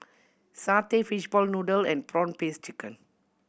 satay fishball noodle and prawn paste chicken